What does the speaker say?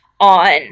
on